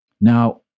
Now